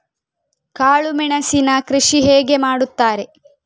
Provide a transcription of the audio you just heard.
ಕಾಳು ಮೆಣಸಿನ ಕೃಷಿ ಹೇಗೆ ಮಾಡುತ್ತಾರೆ?